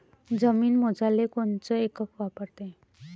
जमीन मोजाले कोनचं एकक वापरते?